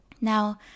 Now